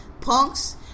punks